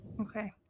Okay